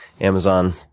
amazon